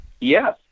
Yes